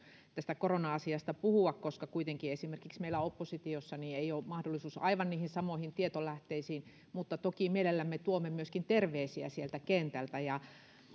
tästä korona asiasta puhua koska kuitenkin esimerkiksi meillä oppositiossa ei ole mahdollisuus aivan niihin samoihin tietolähteisiin mutta toki mielellämme tuomme myöskin terveisiä sieltä kentältä